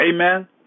Amen